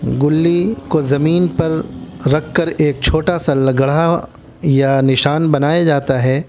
گلی کو زمین پر رکھ کر ایک چھوٹا سا گڑھا یا نشان بنایا جاتا ہے